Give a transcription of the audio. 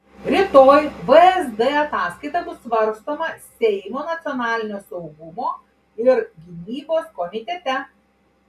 rytoj vsd ataskaita bus svarstoma seimo nacionalinio saugumo ir gynybos komitete